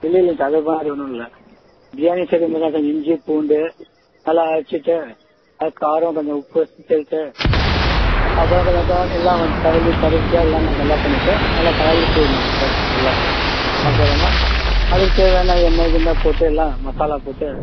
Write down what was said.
இல்லை இல்லேங்க சார் அதுக்கப்பறம் அது ஒன்றும்ல்ல பிரியாணி செய்கிற மாதிரி தான் சார் இஞ்சி பூண்டு நல்லா அரைச்சிட்டு அதுக்கு காரம் கொஞ்சம் உப்பு சேர்த்து அப்புறம் கொஞ்சம் கிளரி எல்லாம் தண்ணி கொதித்து எல்லாம் நல்லா பண்ணிவிட்டு நல்லா தாளிச்சிவுடணும் சார் நல்லா அப்புறமா அதுக்கு தேவையான எண்ணெய் கிண்ணெ போட்டு எல்லாம் மசாலா போட்டு